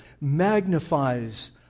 magnifies